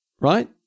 right